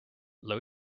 low